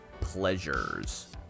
pleasures